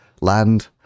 Land